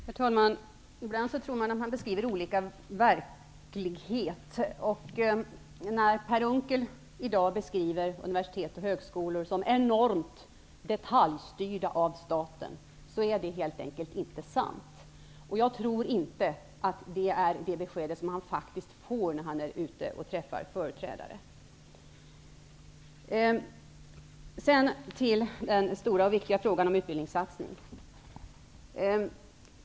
Herr talman! Ibland tror man att det är olika verkligheter som beskrivs. Per Unckel beskriver här i dag universiteten och högskolorna som enormt detaljstyrda av staten. Men det är helt enkelt inte sant. Jag tror inte att det är det besked som han faktiskt får när han träffar olika företrädare. Sedan till den stora och viktiga frågan om utbildningssatsningar.